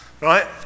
Right